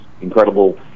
incredible